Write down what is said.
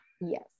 Yes